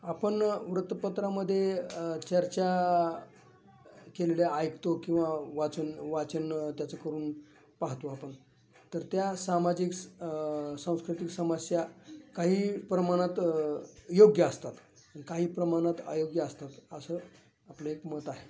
आपण वृत्तपत्रामध्ये चर्चा केलेल्या ऐकतो किंवा वाचन वाचन त्याचं करून पाहतो आपण तर त्या सामाजिक सांस्कृतिक समस्या काही प्रमाणात योग्य असतात काही प्रमाणात अयोग्य असतात असं आपलं एक मत आहे